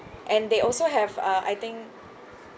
and they also have uh I think